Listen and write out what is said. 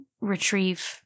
retrieve